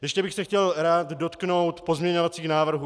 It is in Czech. Ještě bych se chtěl rád dotknout pozměňovacích návrhů.